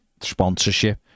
sponsorship